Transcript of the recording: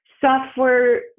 software